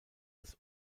das